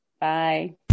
Bye